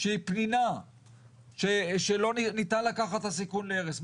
שהיא פנינה שלא ניתן לקחת עליה את הסיכון להרס.